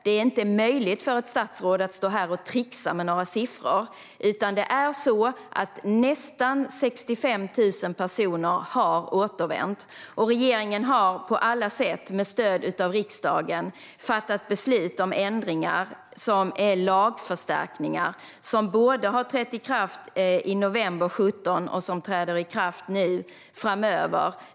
Det är inte möjligt för ett statsråd att stå här och trixa med några siffror, utan nästan 65 000 personer har återvänt. Regeringen har på alla sätt, med stöd av riksdagen, fattat beslut om ändringar som är lagförstärkningar och som trädde i kraft i november 2017 och även nu framöver.